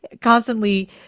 constantly